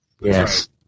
Yes